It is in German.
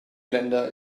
länder